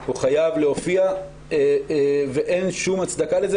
הוא חייב להופיע ואין שם הצדקה לכך שהוא לא מופיע,